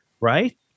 Right